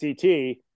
CT